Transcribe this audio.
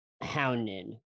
Hounded